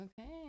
Okay